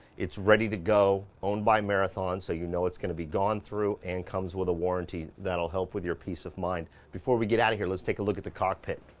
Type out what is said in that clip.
it's ready to go owned by marathon. so, you know it's going to be gone through and comes with a warranty that'll help with your peace of mind. before we get outta here, let's take a look at the cockpit.